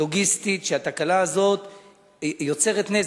לוגיסטית שיוצרת נזק,